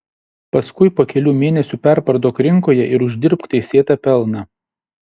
paskui po kelių mėnesių perparduok rinkoje ir uždirbk teisėtą pelną